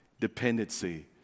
dependency